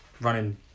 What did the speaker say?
running